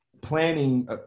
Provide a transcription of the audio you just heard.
planning